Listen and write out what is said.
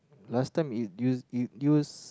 last time you use you use